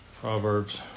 Proverbs